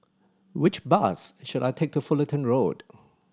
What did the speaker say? which bus should I take to Fullerton Road